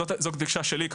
זאת הגישה שלי,